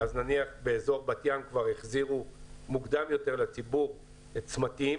אז באזור בת-ים כבר החזירו מוקדם יותר לציבור צמתים